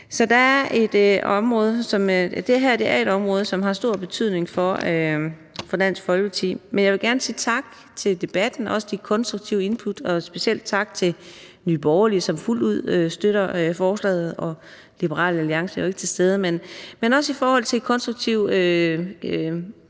Så det her er et område, som har stor betydning for Dansk Folkeparti. Jeg vil gerne sige tak for debatten og de konstruktive input, og specielt tak til Nye Borgerlige, som fuldt ud støtter forslaget, og til Liberal Alliance, som jo ikke er til